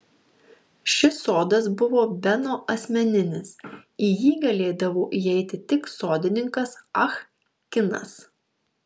šis sodas buvo beno asmeninis į jį galėdavo įeiti tik sodininkas ah kinas